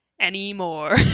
anymore